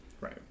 Right